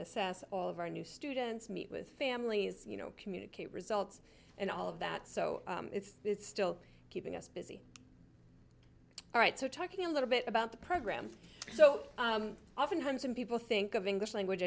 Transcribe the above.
assess all of our new students meet with families you know communicate results and all of that so it's still keeping us busy all right so talking a little bit about the program so oftentimes some people think of english language